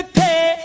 pay